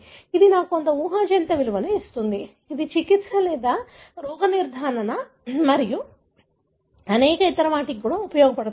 అది నాకు కొంత ఊహాజనిత విలువను ఇస్తుంది అది చికిత్స లేదా రోగ నిర్ధారణ మరియు అనేక ఇతర వాటికి కూడా ఉపయోగపడుతుంది